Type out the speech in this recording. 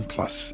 Plus